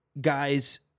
guys